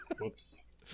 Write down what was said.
Whoops